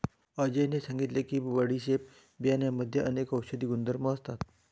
अजयने सांगितले की बडीशेपच्या बियांमध्ये अनेक औषधी गुणधर्म असतात